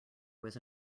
was